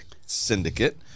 syndicate